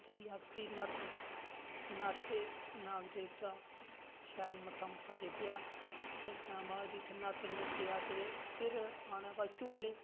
ते अस भी न्हाते न्हाते नाग देवता शैल मत्था टेकेआ टेकने दे बाद भी न्हाते अस ते फिर आना बाऽ झूले